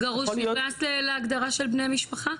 גרוש נכנס להגדרה של בני משפחה?